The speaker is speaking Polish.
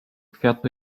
kwiatu